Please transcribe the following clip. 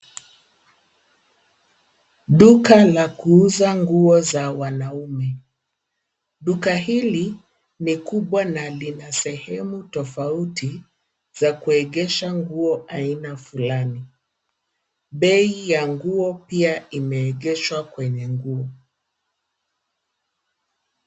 Duka la kuuza nguo za wanaume. Duka hili ni kubwa na lina sehemu tofauti za kuegesha nguo aina fulani. Bei ya nguo pia imeegeshwa kwenye nguo.